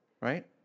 right